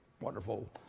wonderful